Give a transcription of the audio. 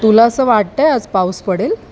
तुला असं वाटत आहे आज पाऊस पडेल